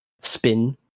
spin